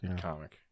comic